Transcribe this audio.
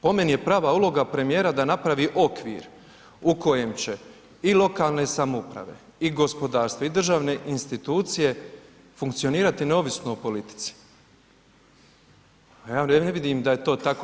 Po meni je prava uloga premijera da napravi okvir u kojem će i lokalne samouprave i gospodarstva i državne institucije funkcionirati neovisno o politici, a ja ne vidim da je to tako.